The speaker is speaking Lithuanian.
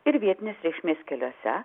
ir vietinės reikšmės keliuose